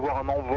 on my